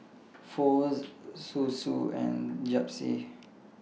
Pho Zosui and Japchae